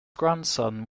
grandson